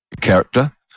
character